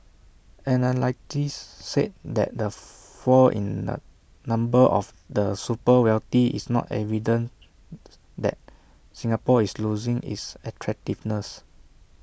analysts said that the fall in the number of the super wealthy is not evidence that Singapore is losing its attractiveness